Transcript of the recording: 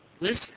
Listen